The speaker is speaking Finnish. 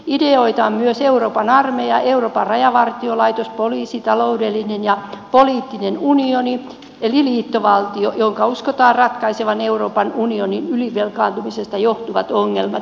ideoita on myös euroopan armeija euroopan rajavartiolaitos poliisi taloudellinen ja poliittinen unioni eli liittovaltio jonka uskotaan ratkaisevan euroopan unionin ylivelkaantumisesta johtuvat ongelmat